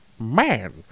man